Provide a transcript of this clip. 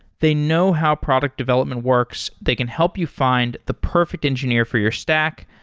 they know how product development works. they can help you find the perfect engineer for your stack,